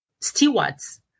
stewards